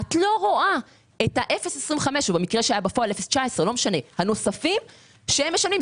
אבל את לא רואה את ה-0.25% או את ה-19% הנוספים שהם משלמים.